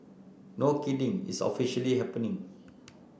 no kidding it's officially happening